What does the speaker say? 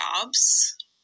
jobs